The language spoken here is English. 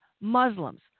Muslims